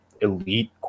elite